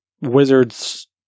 Wizards